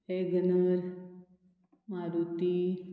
Wegener Maruti